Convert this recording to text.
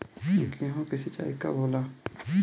गेहूं के सिंचाई कब होला?